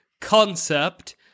concept